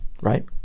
right